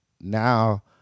Now